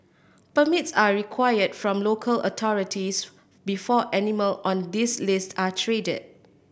permits are required from local authorities before animal on this list are traded